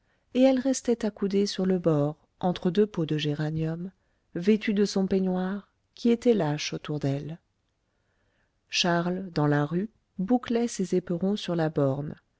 et elle restait accoudée sur le bord entre deux pots de géraniums vêtue de son peignoir qui était lâche autour d'elle charles dans la rue bouclait ses éperons sur la borne